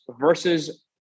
versus